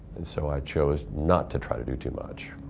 and so i chose not to try to do too much.